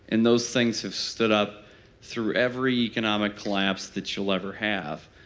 and those things have stood up through every economic collapse that you'll ever have.